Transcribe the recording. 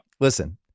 Listen